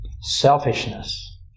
selfishness